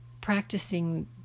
practicing